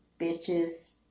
bitches